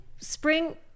spring